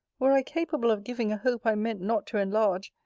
were i capable of giving a hope i meant not to enlarge,